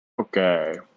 Okay